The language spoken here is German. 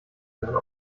gehören